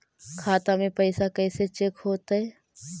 खाता में पैसा कैसे चेक हो तै?